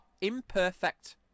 imperfect